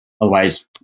Otherwise